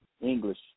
English